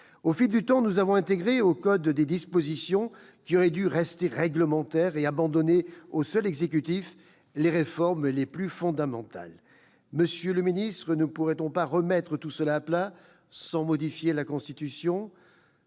Au fil du temps, nous avons intégré dans le code de l'éducation des dispositions qui auraient dû rester d'ordre réglementaire et abandonné au seul exécutif les réformes les plus fondamentales. Monsieur le ministre, ne pourrait-on pas remettre tout cela à plat sans modifier la Constitution ?